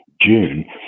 June